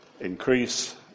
increase